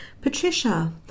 Patricia